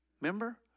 Remember